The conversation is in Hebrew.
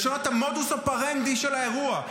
לשנות את המודוס אופרנדי של האירוע,